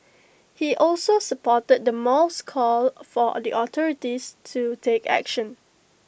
he also supported the mall's call for or the authorities to take action